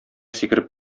сикереп